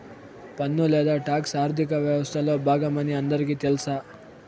పన్ను లేదా టాక్స్ ఆర్థిక వ్యవస్తలో బాగమని అందరికీ తెల్స